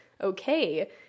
okay